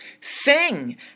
Sing